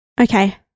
Okay